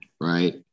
right